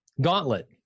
Gauntlet